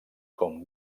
com